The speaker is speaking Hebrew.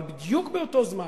אבל בדיוק באותו זמן,